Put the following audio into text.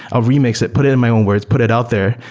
i'll remix it. put it in my own words. put it out there.